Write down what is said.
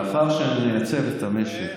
לאחר שנייצב את המשק.